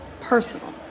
personal